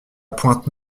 pointe